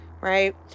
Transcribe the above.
Right